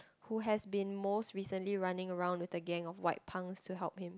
who has been most recently running around with the gang of white punks to help him